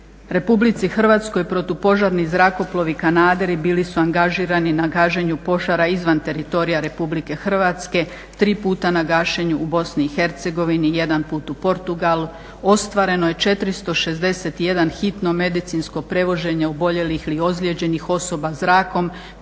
sati. Osim u RH protupožarni zrakoplovi, kanaderi bili su angažirani na gašenju požara izvan teritorija RH. Tri puta na gašenju u BiH, jedan put u Portugalu. Ostvareno je 461 hitno medicinsko prevoženje oboljelih ili ozlijeđenih osoba zrakom,